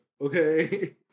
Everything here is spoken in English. Okay